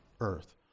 earth